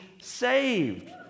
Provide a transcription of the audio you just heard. saved